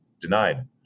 Denied